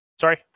sorry